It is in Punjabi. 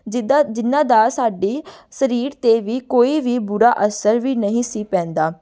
ਜਿੱਦਾਂ ਜਿਨ੍ਹਾਂ ਦਾ ਸਾਡੀ ਸਰੀਰ 'ਤੇ ਵੀ ਕੋਈ ਵੀ ਬੁਰਾ ਅਸਲ ਵੀ ਨਹੀਂ ਸੀ ਪੈਂਦਾ